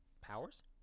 powers